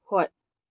ꯍꯣꯏ